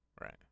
right